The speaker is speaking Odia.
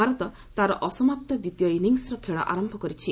ଭାରତ ତା'ର ଅସମାପ୍ତ ଦ୍ୱିତୀୟ ଇନିଂସର ଖେଳ ଆରମ୍ଭ କରିଛି